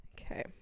Okay